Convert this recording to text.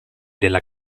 della